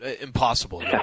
impossible